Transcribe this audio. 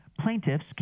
plaintiffs